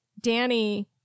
Danny